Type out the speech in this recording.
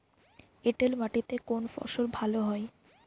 এঁটেল মাটিতে কোন ফসল ভালো হয়?